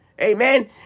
Amen